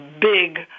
big